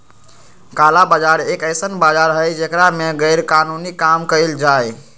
काला बाजार एक ऐसन बाजार हई जेकरा में गैरकानूनी काम कइल जाहई